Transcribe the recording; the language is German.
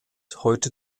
heute